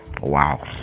wow